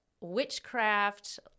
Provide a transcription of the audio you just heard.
witchcraft